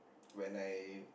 when I